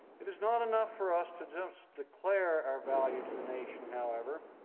it is not enough for us to just declare our value to the nation, however.